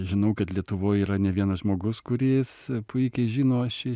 žinau kad lietuvoj yra ne vienas žmogus kuris puikiai žino šį